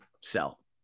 sell